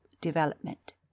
development